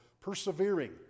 persevering